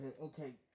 okay